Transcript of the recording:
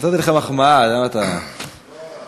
נתתי לך מחמאה, למה אתה, לא רק.